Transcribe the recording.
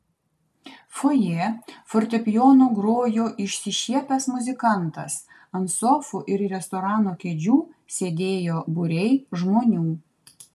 fojė fortepijonu grojo išsišiepęs muzikantas ant sofų ir restorano kėdžių sėdėjo būriai žmonių